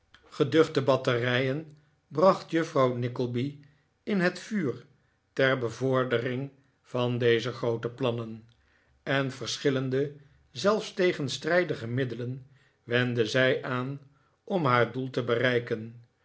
geduchte batterijen bracht juffrouw nickleby in het vuur ter bevordering van deze groote plannen en verschillende zelfs tegenstrijdige middelen wendde zij aan om haar doel te bereiken